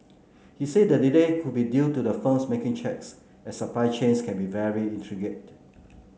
he said the delay could be due to the firms making checks as supply chains can be very intricate